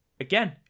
Again